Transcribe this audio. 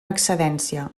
excedència